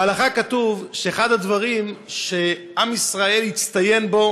בהלכה כתוב שאחד הדברים שעם ישראל הצטיין בו